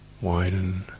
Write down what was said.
widen